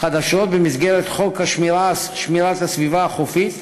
חדשות במסגרת חוק שמירת הסביבה החופית,